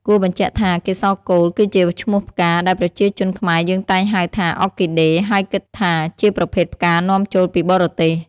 គួរបញ្ជាក់ថា កេសរកូលគឺជាឈ្នោះផ្កា ដែលប្រជាជនខ្មែរយើងតែងហៅថា អ័រគីដេ ហើយគិតថាជាប្រភេទផ្កានាំចូលពីបរទេស។